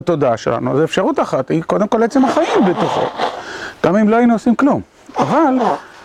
התודעה שלנו, זה אפשרות אחת, היא קודם כל עצם החיים בתוכנו, גם אם לא היינו עושים כלום, אבל...